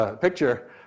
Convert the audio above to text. picture